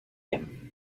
him